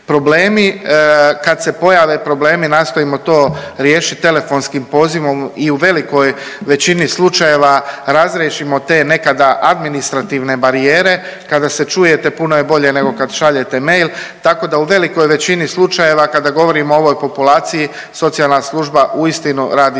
Kad se pojave problemi nastojimo to riješit telefonskim pozivom i u velikoj većini slučajeva razriješimo te nekada administrativne barijere. Kada se čujete puno je bolje nego kad šaljete mail, tako da u velikoj većini slučajeva kada govorimo o ovoj populaciji socijalna služba uistinu radi sjajan